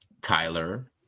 Tyler